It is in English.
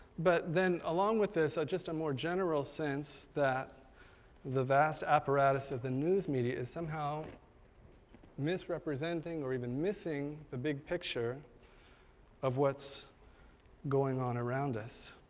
but then along with this, just a more general sense that the vast apparatus of the news media is somehow misrepresenting or even missing the big picture of what's going on around us.